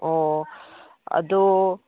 ꯑꯣ ꯑꯗꯣ